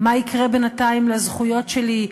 מה יקרה בינתיים לזכויות שלי?